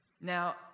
now